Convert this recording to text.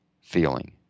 feeling